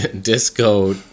disco